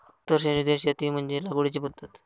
मुक्त श्रेणीतील शेती म्हणजे लागवडीची पद्धत